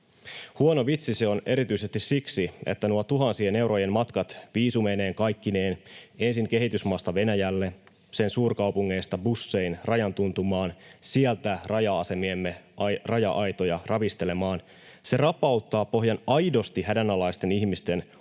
Huono vitsi se on erityisesti siksi, että nuo tuhansien eurojen matkat viisumeineen kaikkineen ensin kehitysmaasta Venäjälle, sen suurkaupungeista bussein rajan tuntumaan, sieltä raja-asemiemme raja-aitoja ravistelemaan rapauttavat pohjan aidosti hädänalaisten ihmisten